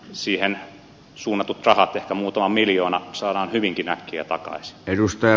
siihen suunnatut rahat että muutama miljoona saadaan hyvinkin äkkiä pakkaa edustaja